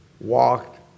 walked